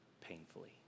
painfully